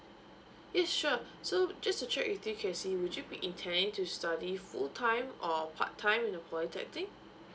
yes sure so just to check with you kesy would you be intending to study full time or part time in the polytechnic